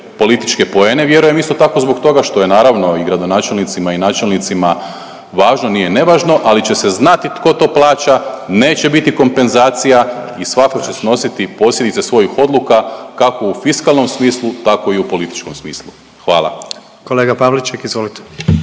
političke poene, vjerujem, isto tako, zbog toga, što je naravno, i gradonačelnicima i načelnicima važno, nije nevažno, ali će se znati tko to plaća, neće biti kompenzacija i svatko će snositi posljedice svojih odluka, kako u fiskalnom smislu, tako i u političkom smislu. Hvala. **Jandroković,